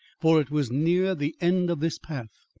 for it was near the end of this path,